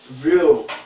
real